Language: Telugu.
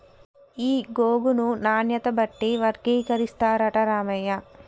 ఈ గోగును నాణ్యత బట్టి వర్గీకరిస్తారట రామయ్య